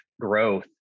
growth